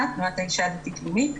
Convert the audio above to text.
הדתית-לאומית.